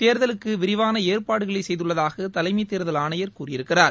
தேர்தலுக்கு விரிவான ஏற்பாடுகளை செய்துள்ளதாக தலைமை தேர்தல் ஆணையர் கூறியிருக்கிறார்